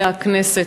חברי הכנסת,